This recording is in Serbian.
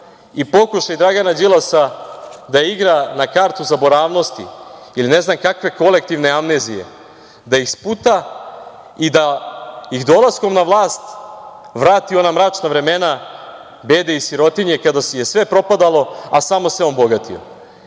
i pokušaj Dragana Đilasa da igra na kartu zaboravnosti ili ne znam kakve kolektivne amnezije, da ih sputa i da ih dolaskom na vlast vrati u ona mračna vremena bede i sirotinje kada je sve propadalo, a samo se on bogatio. Zato